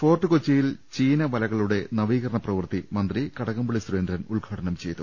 ഫോർട്ടുകൊച്ചിയിൽ ചീനവലകളുടെ നവീകരണ പ്രവൃത്തി മന്ത്രി കടകംപള്ളി സുരേ ന്ദ്രൻ ഉദ്ഘാടനം ചെയ്തു